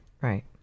Right